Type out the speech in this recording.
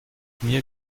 mir